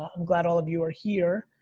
i'm glad all of you are here.